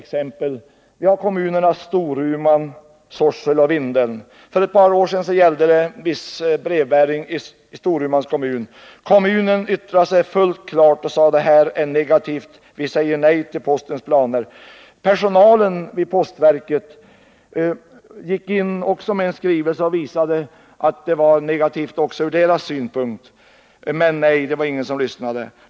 Vi har kommunerna Storuman, Sorsele och Vindeln. För ett par år sedan gällde det en viss brevbäring i Storumans kommun. Kommunen yttrade sig och sade klart och tydligt att det här var negativt. Man sade nej till postens planer. Personalen vid postverket gick också in med en skrivelse och visade att de tilltänkta åtgärderna var negativa också ur personalens synpunkt. Men nej — det var ingen som lyssnade.